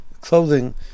clothing